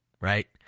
right